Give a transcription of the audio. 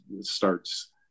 starts